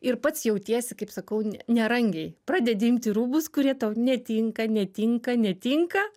ir pats jautiesi kaip sakau ne nerangiai pradedi imti rūbus kurie tau netinka netinka netinka